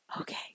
okay